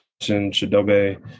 Shadobe